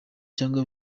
cyangwa